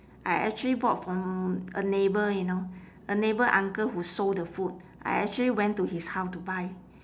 I actually bought from a neighbour you know a neighbour uncle who sold the food I actually went to his house to buy